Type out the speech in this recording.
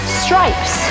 stripes